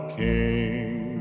king